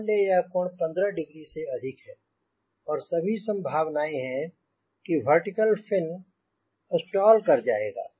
मान ले यह 15 डिग्री से अधिक है और सभी संभावनाएँ हैं कि वर्टिकल फिन स्टॉल कर जाएगा